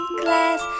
glass